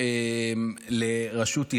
לראשות עירייה.